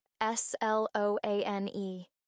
S-L-O-A-N-E